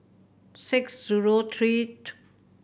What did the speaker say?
six zero three